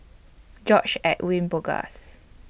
George Edwin Bogaars